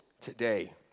today